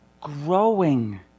growing